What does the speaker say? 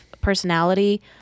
personality